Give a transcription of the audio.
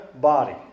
body